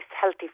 healthy